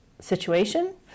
situation